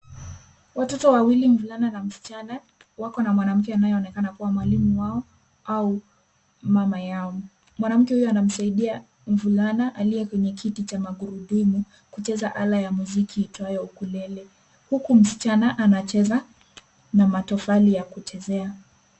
Watoto wawili mvulana na msichana wako na mwanamke anayeonekana kuwa mwalimu wao au mama yao. Mwanamke huyo anamsaidia mvulana aliye kwenye kiti cha magurudumu kucheza ala ya muziki itwayo ukulele huku msichana anacheza na matofali ya kuchezea.